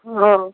हँ